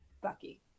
Bucky